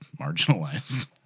marginalized